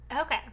Okay